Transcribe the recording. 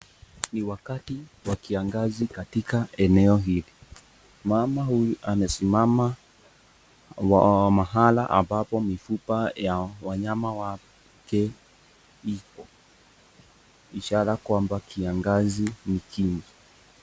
Ni wakati wa kiangazi katika eneo hili. Mama huyu amesimama mahali ambapo mifupa ya wanyama wake ipo ishara kwamba kiangazi ni kingi.